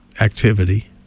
activity